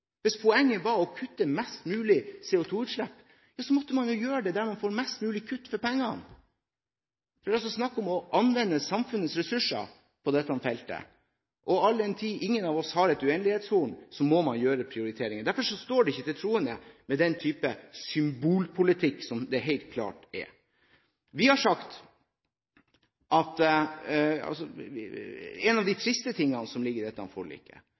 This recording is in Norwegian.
Hvis poenget er å kutte mest mulig i CO2-utslipp, må man gjøre det der man får mest mulig kutt for pengene. Det er snakk om å anvende samfunnets ressurser på dette feltet, og all den tid ingen av oss har et uendelighetshorn, må man gjøre prioriteringer. Derfor står det ikke til troende med denne typen symbolpolitikk, som det helt klart er. Vi har sagt at en av de triste tingene som ligger i dette forliket,